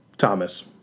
thomas